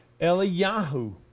Eliyahu